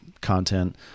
content